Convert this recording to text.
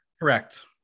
Correct